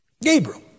Gabriel